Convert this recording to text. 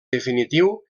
definitiu